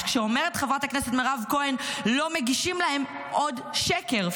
אז כשאומרת חברת הכנסת מירב כהן: לא מגישים להם זה עוד שקר.